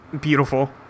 beautiful